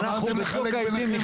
מרחקים כאלה או אחרים,